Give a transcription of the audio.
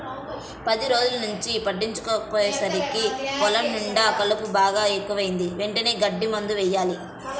పది రోజుల్నుంచి పట్టించుకోకపొయ్యేసరికి పొలం నిండా కలుపు బాగా ఎక్కువైంది, వెంటనే గడ్డి మందు యెయ్యాల